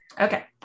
Okay